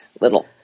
little